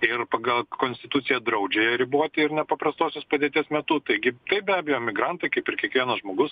ir pagal konstituciją draudžia ją riboti ir nepaprastosios padėties metu taigi taip be abejo migrantai kaip ir kiekvienas žmogus